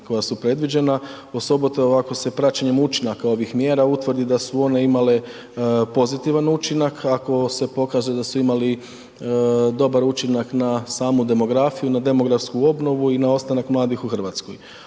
koja su predviđena, osobito ako se praćenjem učinaka ovih mjera utvrdi da su one imale pozitivan učinak, ako se pokaže da su imali dobar učinak na samu demografiju, na demografsku obnovu i na ostanak mladih u RH,